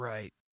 Right